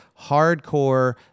hardcore